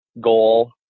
goal